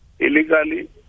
Illegally